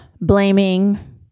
blaming